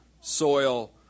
soil